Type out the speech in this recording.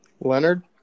Leonard